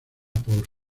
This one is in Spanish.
por